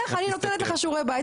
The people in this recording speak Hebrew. לך אני נותנת לך שיעורי בית,